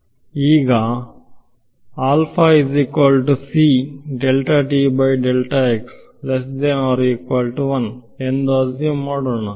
ಈಗಈಗ alpha ಎಂದು assume ಮಾಡೋಣ